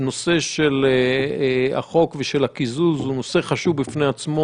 הנושא של החוק ושל הקיזוז הוא נושא חשוב בפני עצמו.